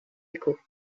écho